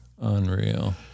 Unreal